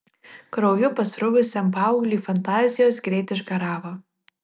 krauju pasruvusiam paaugliui fantazijos greit išgaravo